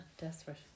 desperate